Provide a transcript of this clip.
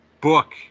book